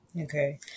okay